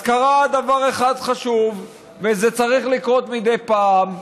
אז קרה דבר אחד חשוב, וזה צריך לקרות מדי פעם.